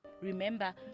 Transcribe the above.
remember